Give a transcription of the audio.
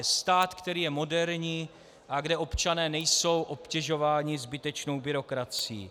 Stát, který je moderní a kde občané nejsou obtěžováni zbytečnou byrokracií.